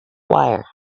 wire